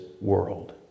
world